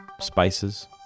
spices